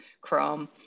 Chrome